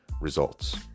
results